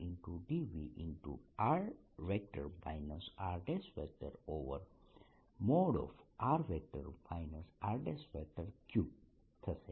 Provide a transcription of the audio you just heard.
r rr r3થશે